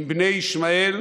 עם בני ישמעאל,